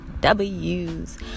w's